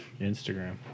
Instagram